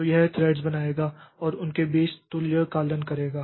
तो यह थ्रेड्स बनाएगा और उनके बीच तुल्यकालन करेगा